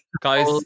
guys